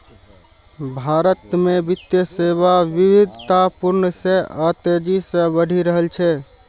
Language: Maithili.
भारत मे वित्तीय सेवा विविधतापूर्ण छै आ तेजी सं बढ़ि रहल छै